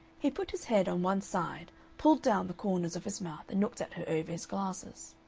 he put his head on one side, pulled down the corners of his mouth, and looked at her over his glasses.